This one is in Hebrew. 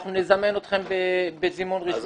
אנחנו נזמן אתכם בזימון רשמי.